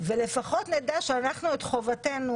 ולפחות נדע שאנחנו את חובתנו